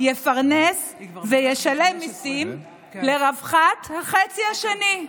יפרנס וישלם מיסים לרווחת החצי השני.